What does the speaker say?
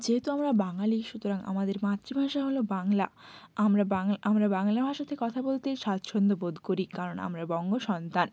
যেহেতু আমরা বাঙালি সুতরাং আমাদের মাতৃভাষা হল বাংলা আমরা বাংলা আমরা বাংলা ভাষাতে কথা বলতেই স্বাচ্ছন্দ্য বোধ করি কারণ আমরা বঙ্গ সন্তান